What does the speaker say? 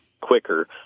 quicker